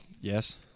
Yes